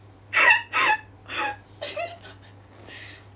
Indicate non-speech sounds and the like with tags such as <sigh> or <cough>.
<laughs>